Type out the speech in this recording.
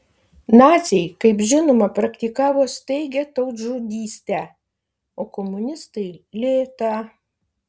naciai kaip žinoma praktikavo staigią tautžudystę o komunistai lėtą